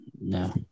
No